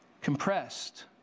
compressed